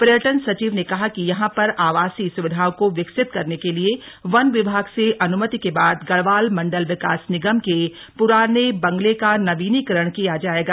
पर्यटन सचिव ने कहा कि यहां पर आवासीय सुविधाओं को विकसित करने के लिए वन विभाग से अनुमति के बाद गढ़वाल मंडल विकास निगम के पुराने बंगले का नवीनीकरण किया जाएगा